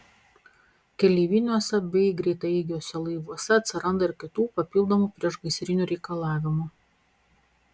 keleiviniuose bei greitaeigiuose laivuose atsiranda ir kitų papildomų priešgaisrinių reikalavimų